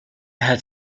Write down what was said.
had